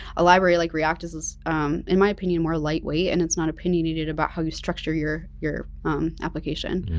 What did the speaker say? a library like react is is in my opinion more lightweight and it's not opinionated about how you structure your your application.